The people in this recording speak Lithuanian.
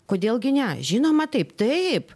kodėl gi ne žinoma taip taip